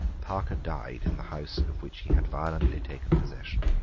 parker died in the house of which he had violently taken possession.